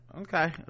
okay